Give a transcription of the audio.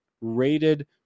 rated